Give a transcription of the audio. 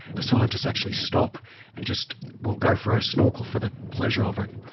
the scientists, actually stop and just will go for a snorkel for the pleasure of it,